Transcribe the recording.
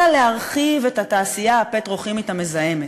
אלא להרחיב את התעשייה הפטרוכימית המזהמת.